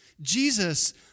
Jesus